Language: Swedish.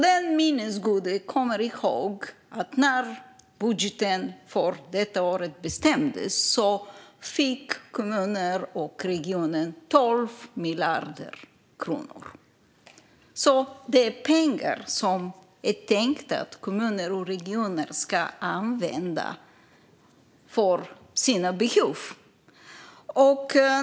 Den minnesgode kommer ihåg att när budgeten för i år bestämdes fick kommuner och regioner 12 miljarder kronor. Dessa pengar är tänkta att kommuner och regioner ska använda till sina behov.